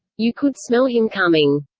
you could smell him coming.